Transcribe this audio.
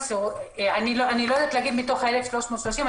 אני לא יודעת להגיד מתוך ה-1,330,